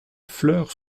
fleurs